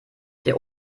der